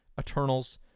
Eternals